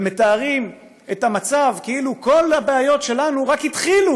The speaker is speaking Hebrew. ומתארים את המצב כאילו כל הבעיות שלנו רק התחילו